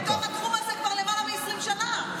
אני בתוך התחום הזה כבר למעלה מ-20 שנה.